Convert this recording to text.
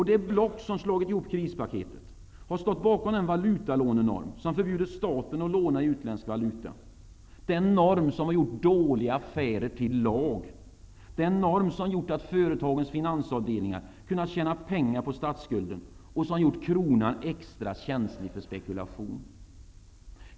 Det block som slagit ihop krispaketen har stått bakom den valutalånenorm som förbjudit staten att låna i utländsk valuta -- den norm som gjort dåliga affärer till lag, den norm som gjort att företagens finansavdelningar kunnat tjäna pengar på statsskulden och som gjort kronan extra känslig för spekulationer.